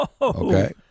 Okay